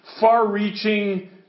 far-reaching